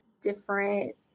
different